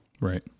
Right